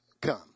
come